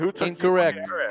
Incorrect